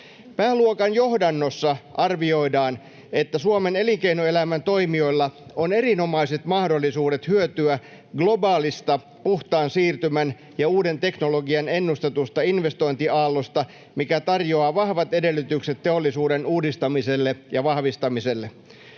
Pääluokan johdannossa arvioidaan, että Suomen elinkeinoelämän toimijoilla on erinomaiset mahdollisuudet hyötyä globaalista puhtaan siirtymän ja uuden teknologian ennustetusta investointiaallosta, mikä tarjoaa vahvat edellytykset teollisuuden uudistamiselle ja vahvistamiselle.